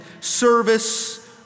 service